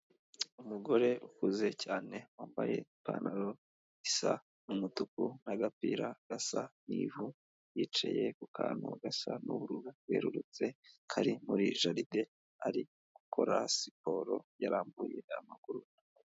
Umugore ukuze cyane, wambaye ipantaro isa n'umutuku, n'agapira gasa n'ivu. Yicaye ku kantu gasa n'ubururu bwerurutse, kari muri jaride, ari gukora siporo yarambuye amaguru.